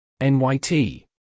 NYT